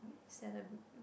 celebrate